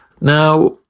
Now